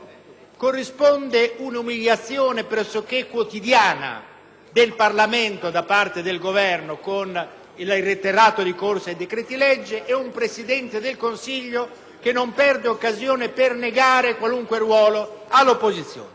corrisponde l'umiliazione pressoché quotidiana che il Parlamento riceve da parte del Governo, con il reiterato ricorso ai decreti-legge e con un Presidente del Consiglio che non perde occasione per negare qualunqueruolo all'opposizione.